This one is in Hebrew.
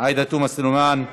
עאידה תומא סלימאן,